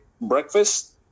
breakfast